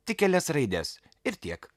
tik kelias raides ir tiek